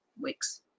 weeks